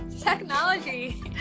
Technology